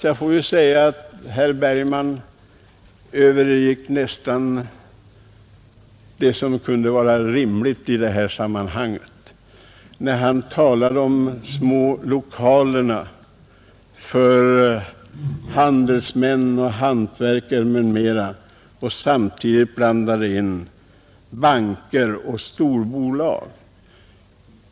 Jag måste säga att herr Bergman nästan gick utöver vad som kan vara rimligt när han talade om smålokaler för handelsmän och hantverkare och samtidigt blandade in banker och storbolag.